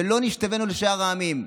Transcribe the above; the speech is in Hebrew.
ולא נשתווינו לשאר העמים.